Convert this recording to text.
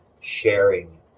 sharing